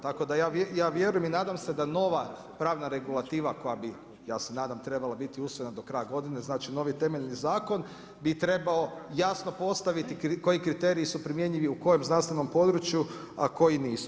Tako da ja vjerujem i nadam se da nova pravna regulativa, koja bi, ja se nadam trebala biti usvojena do kraja godine, znači, novi temeljni zakon, bi trebao jasno postaviti koji kriteriji su primjenjivi u kojem znanstvenom području, a koji nisu.